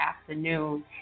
afternoon